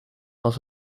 als